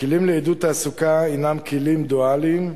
הכלים לעידוד תעסוקה הם כלים דואליים,